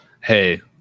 Hey